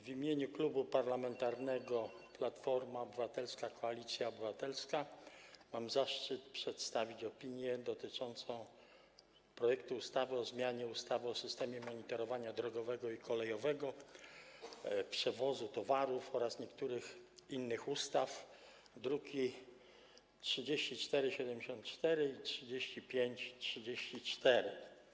W imieniu Klubu Parlamentarnego Platforma Obywatelska - Koalicja Obywatelska mam zaszczyt przedstawić opinię dotyczącą projektu ustawy o zmianie ustawy o systemie monitorowania drogowego i kolejowego przewozu towarów oraz niektórych innych ustaw, druki nr 3474 i 3534.